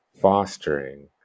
fostering